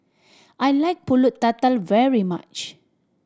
I like Pulut Tatal very much